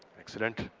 excellent.